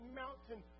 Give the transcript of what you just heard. mountain